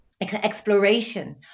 exploration